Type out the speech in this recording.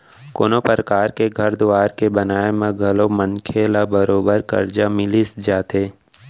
कोनों परकार के घर दुवार के बनाए म घलौ मनखे ल बरोबर करजा मिलिच जाथे